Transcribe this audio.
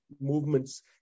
movements